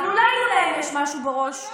אבל אולי יש להם משהו בראש?